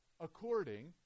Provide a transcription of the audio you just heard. according